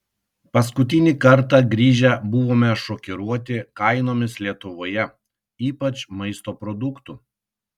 paskutinį kartą grįžę buvome šokiruoti kainomis lietuvoje ypač maisto produktų